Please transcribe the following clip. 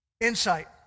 insight